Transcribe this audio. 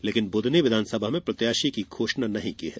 लेकिन ब्दनी विधानसभा में प्रत्याशी की घोषणा नहीं की है